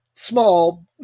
Small